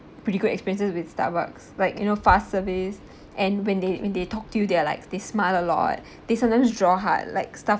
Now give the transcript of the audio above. pretty good experiences with Starbucks like you know fast service and when they when they talk to you they are like they smile a lot they sometimes draw heart like stuff